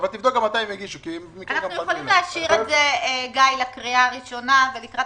אנחנו יכולים להשאיר את זה לקריאה הראשונה ולקראת